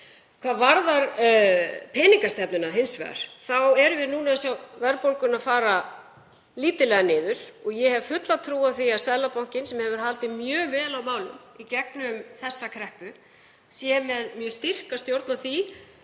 Hvað varðar peningastefnuna sjáum við verðbólguna fara lítillega niður og ég hef fulla trú á því að Seðlabankinn, sem hefur haldið mjög vel á málum í gegnum þessa kreppu, sé með mjög styrka stjórn á því.